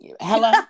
Hello